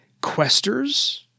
questers